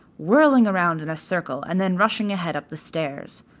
whirling around in a circle and then rushing ahead up the stairs.